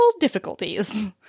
difficulties